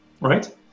right